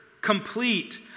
complete